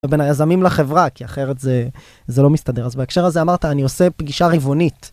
בין היזמים לחברה, כי אחרת זה לא מסתדר. אז בהקשר הזה, אמרת, אני עושה פגישה רבעונית.